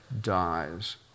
dies